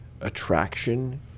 attraction